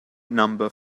number